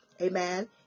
amen